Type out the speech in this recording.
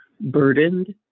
burdened